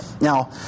Now